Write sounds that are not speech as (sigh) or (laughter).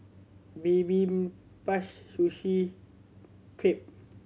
(unintelligible) Sushi Crepe